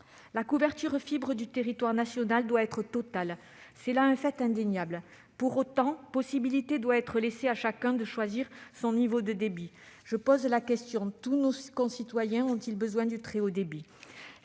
La couverture en fibre du territoire national doit indéniablement être totale. Pour autant, possibilité doit être laissée à chacun de choisir son niveau de débit. Je pose la question : tous nos concitoyens ont-ils besoin du très haut débit ?